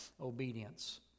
obedience